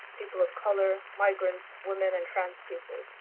people of colour, migrants, women and trans people,